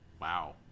Wow